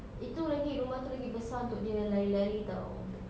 itu lagi rumah itu lagi besar untuk dia lari-lari [tau]